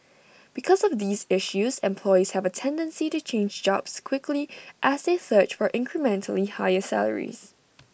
because of these issues employees have A tendency to change jobs quickly as they search for incrementally higher salaries